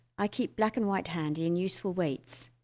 i keep black and white handy in useful weights,